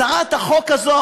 הצעת החוק הזאת,